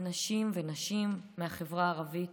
אנשים ונשים מהחברה הערבית,